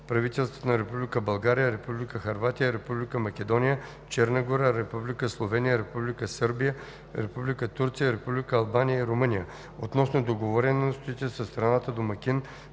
(правителствата на Република България, Република Хърватия, Република Македония, Черна гора, Република Словения, Република Сърбия, Република Турция, Република Албания и Румъния), относно договореностите със страната домакин